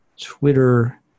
Twitter